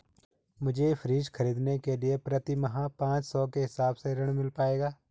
मुझे फ्रीज खरीदने के लिए प्रति माह पाँच सौ के हिसाब से ऋण मिल पाएगा?